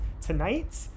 tonight